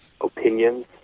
opinions